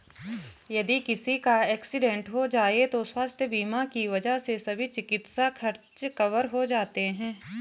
यदि किसी का एक्सीडेंट हो जाए तो स्वास्थ्य बीमा की वजह से सभी चिकित्सा खर्च कवर हो जाते हैं